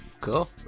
Cool